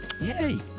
Yay